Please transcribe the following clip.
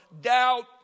doubt